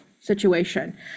situation